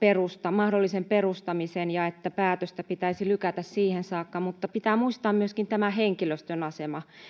mahdollisen perustamisen ja että päätöstä pitäisi lykätä siihen saakka mutta pitää muistaa myöskin henkilöstön asema